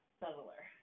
subtler